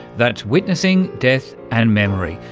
that's witnessing, death and memory,